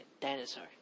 dinosaur